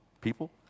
people